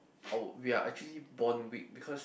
our we're actually born weak because